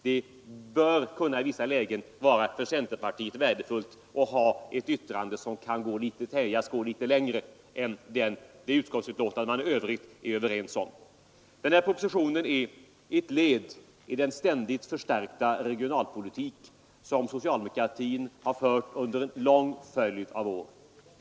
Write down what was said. Det bör i vissa lägen kunna vara värdefullt för centerpartiet att ha ett yttrande som kan tänjas att gå litet längre än det utskottsbetänkande som det i övrigt råder enighet om. Den här propositionen är ett led i den ständigt förstärkta regionalpolitik som socialdemokratin har fört under en lång följd av år.